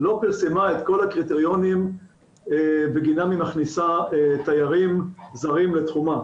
לא פרסמה את כל הקריטריונים בגינם היא מכניסה תיירים זרים לתחומה.